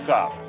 Top